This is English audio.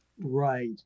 Right